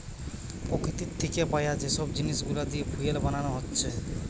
প্রকৃতি থিকে পায়া যে সব জিনিস গুলা দিয়ে ফুয়েল বানানা হচ্ছে